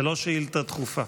זו לא שאילתה דחופה,